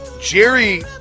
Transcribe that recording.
Jerry